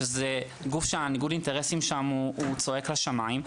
שזה גוף שניגוד האינטרסים בו צועק לשמים,